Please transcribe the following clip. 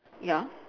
ya